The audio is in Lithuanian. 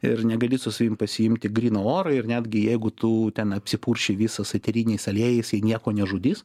ir negali su savim pasiimti gryno oro ir netgi jeigu tu ten apsipurši visas eteriniais aliejais jie nieko nežudys